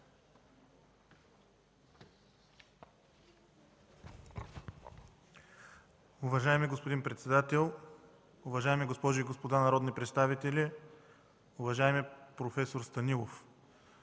Уважаеми господин председател, уважаеми госпожи и господа народни представители, уважаеми проф. Станилов!